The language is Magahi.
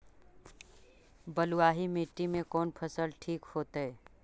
बलुआही मिट्टी में कौन फसल ठिक होतइ?